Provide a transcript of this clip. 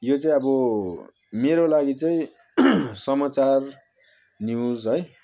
यो चाहिँ अब मेरो लागि चाहिँ समचार न्युज है